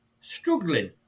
struggling